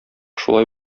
шулай